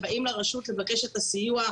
הם באים לרשות לקבל את הסיוע.